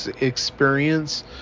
experience